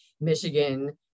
Michigan